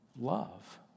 love